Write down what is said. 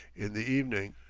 in the evening.